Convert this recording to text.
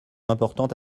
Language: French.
importante